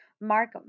Mark